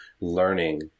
learning